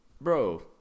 bro